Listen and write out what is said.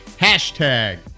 Hashtag